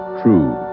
true